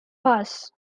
pass